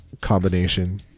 combination